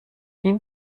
این